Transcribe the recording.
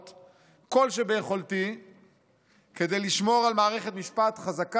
כל שביכולתי כדי לשמור על מערכת משפט חזקה ועצמאית.